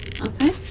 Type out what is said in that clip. Okay